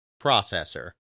processor